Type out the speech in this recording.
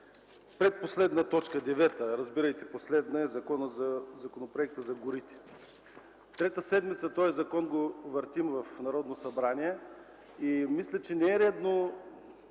Предпоследна точка – девета, разбирайте – последна, е Законопроектът за горите. Трета седмица този закон го въртим в Народното събрание и мисля, че не е редно